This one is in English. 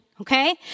Okay